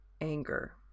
anger